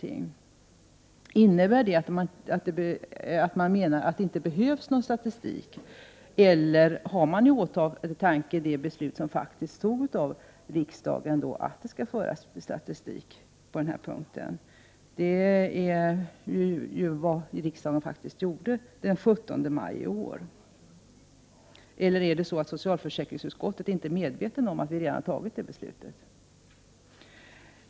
Innebär det att man menar att det inte behövs någon statistik, eller har man i åtanke att riksdagen har fattat beslut om att det skall föras statistik på den här punkten? Det är ju vad riksdagen faktiskt gjorde den 17 maj i år. Eller är socialförsäkringsutskottet inte medvetet om att vi redan har fattat det beslutet?